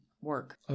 work